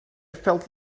felt